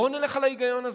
בואו נלך על ההיגיון הזה.